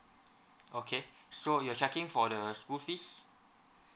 okay so you're checking for the school fees